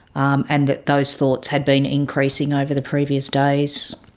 um and that those thoughts had been increasing over the previous days.